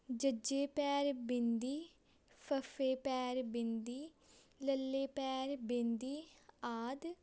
ਜ ਪੈਰ ਬਿੰਦੀ ਫ ਪੈਰ ਬਿੰਦੀ ਲ ਪੈਰ ਬਿੰਦੀ ਆਦਿ